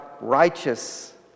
righteous